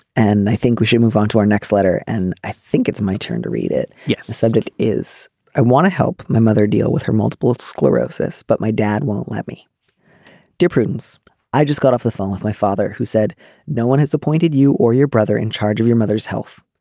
and i think we should move on to our next letter. and i think it's my turn to read it. yes the subject is i want to help my mother deal with her multiple sclerosis but my dad won't let me dependence. i just got off the phone with my father who said no one has appointed you or your brother in charge of your mother's health.